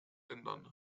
ändern